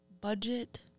Budget